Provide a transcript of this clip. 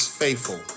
faithful